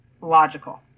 logical